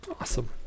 Awesome